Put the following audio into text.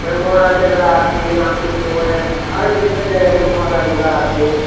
মানে মহারাজারা আছে রামকৃষ্ণ মহা আরও বিভিন্ন জায়গা যে মহারাজারা আছে